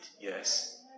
Yes